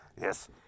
Yes